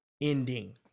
ending